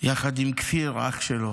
יחד עם אח שלו